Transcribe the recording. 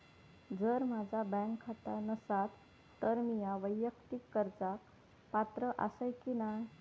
जर माझा बँक खाता नसात तर मीया वैयक्तिक कर्जाक पात्र आसय की नाय?